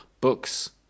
books